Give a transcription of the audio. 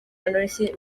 yashinze